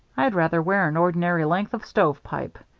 i'd rather wear an ordinary length of stovepipe.